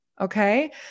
Okay